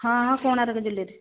ହଁ ହଁ କୋଣାର୍କ ଜ୍ୱେଲେରି